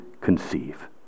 conceive